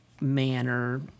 manner